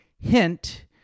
Hint